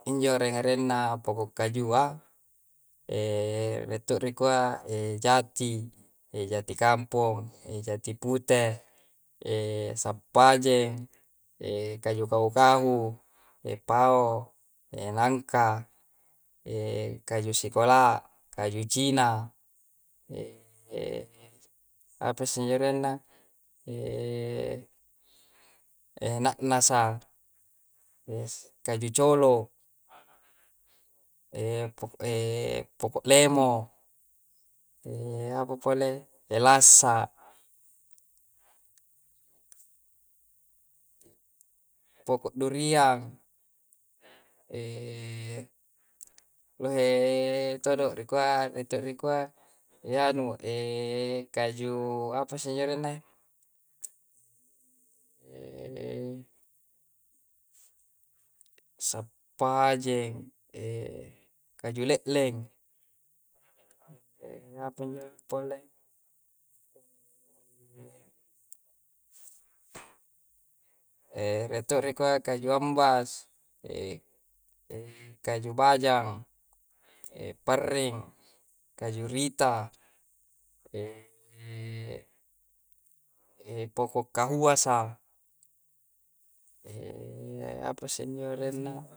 Injo renga renna poko'kajua retu're kua jati, jati kampo, jati pute, sappajeng, kaju kahu-kahu, pao, nangka, kaju sikolaa, kaju cina, apa si injo si arenna na'na sa' kaju colo poko poko' lemo apa pale tellasa, poko' duriang, lohe to'do rikua ritu rikua anu kaju apa si injo erenna sappajeng kajule'leng apa injo poleng reto'de kua kaju ambas, kaju bajang, parreng, kaju ritta, pokok kahuasa, apa se injo renna